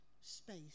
space